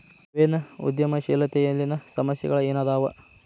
ನವೇನ ಉದ್ಯಮಶೇಲತೆಯಲ್ಲಿನ ಸಮಸ್ಯೆಗಳ ಏನದಾವ